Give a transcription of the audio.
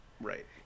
right